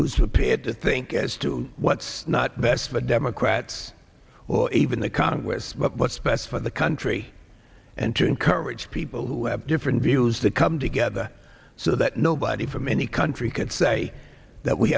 who's appeared to think as to what's not best for the democrats or even the congress but what's best for the country and to encourage people who have different views the come together so that nobody from any country could say that we